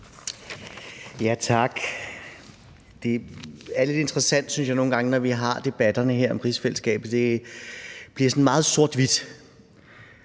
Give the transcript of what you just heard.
Tak. Det er lidt interessant, synes jeg, at når vi har debatterne her om rigsfællesskabet, bliver det nogle